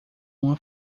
uma